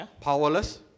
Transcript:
Powerless